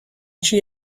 she